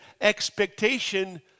expectation